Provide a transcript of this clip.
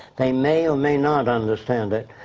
they may or may not understand it.